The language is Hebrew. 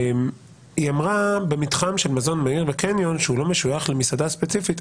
היא אמרה במתחם של מזון מהיר בקניון שהוא לא משויך למסעדה ספציפית,